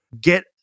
Get